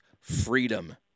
freedom